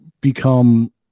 become